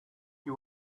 you